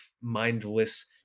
mindless